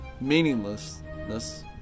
meaninglessness